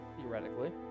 Theoretically